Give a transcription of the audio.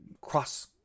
cross